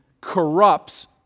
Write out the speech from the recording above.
corrupts